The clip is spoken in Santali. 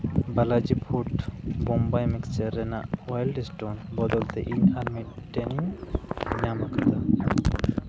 ᱵᱟᱞᱟᱡᱤ ᱯᱷᱩᱰᱥ ᱵᱳᱢᱵᱟᱭ ᱢᱤᱠᱪᱟᱨ ᱨᱮᱱᱟᱜ ᱚᱭᱮᱞ ᱮᱥᱴᱚᱱ ᱵᱚᱫᱚᱞᱛᱮ ᱤᱧ ᱟᱨ ᱢᱤᱫ ᱴᱮᱱᱤᱧ ᱧᱟᱢ ᱟᱠᱟᱫᱟ